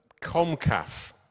Comcaf